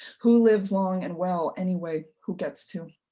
who lives long and well anyway, who gets to.